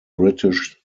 british